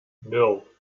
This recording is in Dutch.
nul